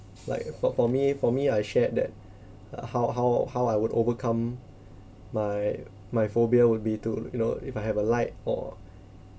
like for for me for me I shared that uh how how how I would overcome my my phobia would be to you know if I have a light or